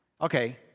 Okay